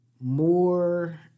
more